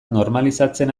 normalizatzen